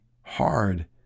hard